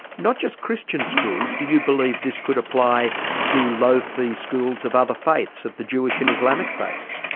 not just christian schools. do you believe this could apply to low-fee schools of other faiths of the jewish and islamic faiths?